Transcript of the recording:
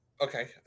Okay